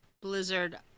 Blizzard